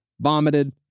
vomited